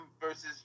versus